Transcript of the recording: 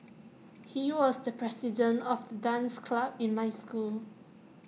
he was the president of the dance club in my school